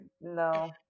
no